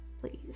Please